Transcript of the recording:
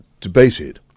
debated